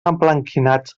emblanquinats